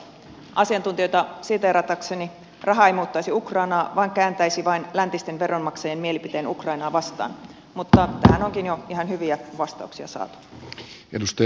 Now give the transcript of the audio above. asiantuntijoita siteeratakseni raha ei muuttaisi ukrainaa vaan kääntäisi vain läntisten veronmaksajien mielipiteen ukrainaa vastaan mutta tähän onkin jo ihan hyviä vastauksia saatu